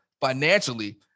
financially